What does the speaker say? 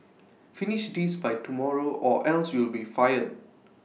finish this by tomorrow or else you'll be fired